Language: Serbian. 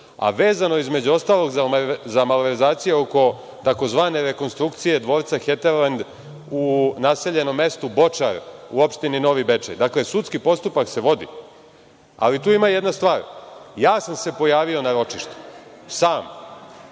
a vezano između ostalog za malverzacije oko tzv. rekonstrukcije Dvorca Heterlend u naseljenom mestu Bočar u opštini Novi Bečej. Dakle, sudski postupak se vodi, ali tu ima jedna stvar. Ja sam se pojavio na ročištu, sam.